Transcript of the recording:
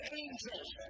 angels